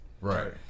Right